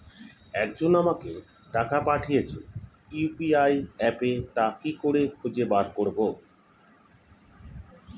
একজন আমাকে টাকা পাঠিয়েছে ইউ.পি.আই অ্যাপে তা কি করে খুঁজে বার করব?